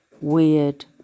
weird